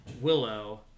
Willow